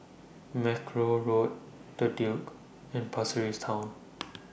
Mackerrow Road The Duke and Pasir Ris Town